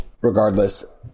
Regardless